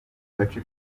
gace